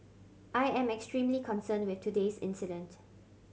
I am extremely concerned with today's incident